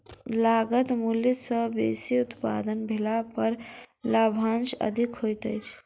लागत मूल्य सॅ बेसी उत्पादन भेला पर लाभांश अधिक होइत छै